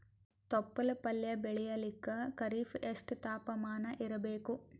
ತೊಪ್ಲ ಪಲ್ಯ ಬೆಳೆಯಲಿಕ ಖರೀಫ್ ಎಷ್ಟ ತಾಪಮಾನ ಇರಬೇಕು?